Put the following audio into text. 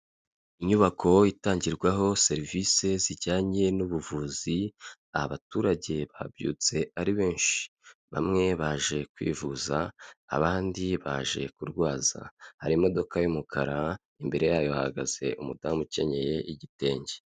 Inyubako itangirwaho serivisi zijyanye n'ubuvuzi, abaturage babyutse ari benshi, bamwe baje kwivuza, abandi baje kurwaza, hari imodoka y'umukara imbere yayo hahagaze umudamu ukenyeye igitenge.